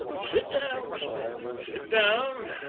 sit down, simon, sit down,